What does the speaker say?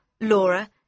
Laura